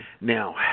Now